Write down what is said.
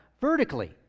vertically